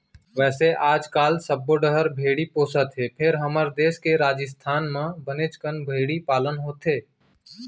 वैसे आजकाल सब्बो डहर भेड़ी पोसत हें फेर हमर देस के राजिस्थान म बनेच कन भेड़ी पालन होथे